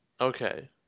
Okay